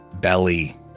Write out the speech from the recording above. belly